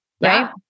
Right